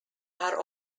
are